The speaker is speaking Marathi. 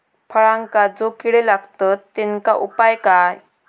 फळांका जो किडे लागतत तेनका उपाय काय?